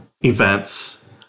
events